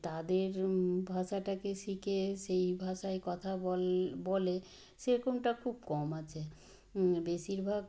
তাদের ভাষাটাকে শিকে সেই ভাষায় কথা বল বলে সেরকমটা খুব কম আছে বেশিরভাগ